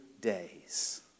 days